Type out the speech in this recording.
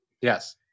Yes